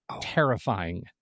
terrifying